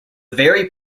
very